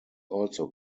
also